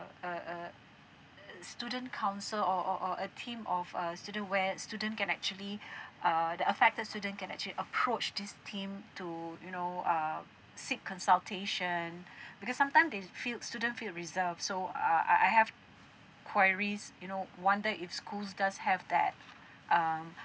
a a uh student council or or or or a team of uh student where student can actually err the affected student can actually approach this team to you know uh seek consultation because sometimes they feel student feel reserved so uh I I have queries you know wondered if schools does have that um